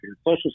social